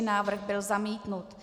Návrh byl zamítnut.